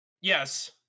Yes